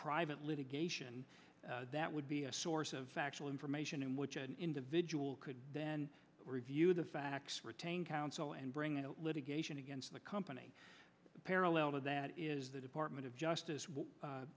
private litigation that would be a source of factual information in which an individual could then review the facts retain counsel and bring in litigation against the company parallel to that is the department of justice